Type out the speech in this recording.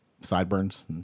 sideburns